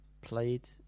played